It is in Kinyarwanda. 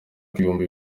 ibihumbi